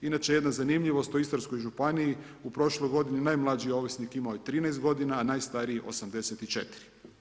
Inače, jedna zanimljivost, u Istarskoj županiji u prošloj godini najmlađi ovisnik imao je 18 godina, a najstariji 84.